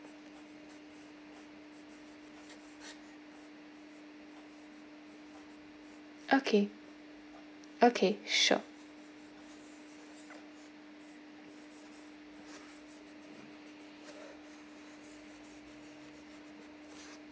okay okay sure